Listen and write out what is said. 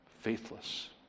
faithless